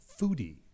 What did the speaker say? foodie